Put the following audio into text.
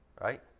right